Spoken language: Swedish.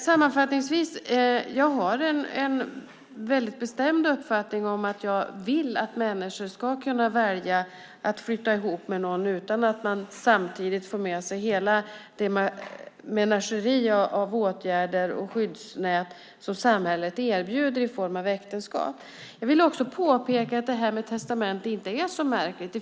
Sammanfattningsvis har jag den bestämda uppfattningen att människor ska kunna välja att flytta ihop med någon utan att man samtidigt får med sig hela det menageri av åtgärder och skyddsnät som samhället erbjuder i form av äktenskap. Jag vill också påpeka att detta med testamente inte är så märkligt.